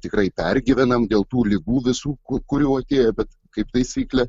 tikrai pergyvenam dėl tų ligų visų kurių atėjo bet kaip taisyklė